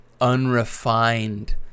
unrefined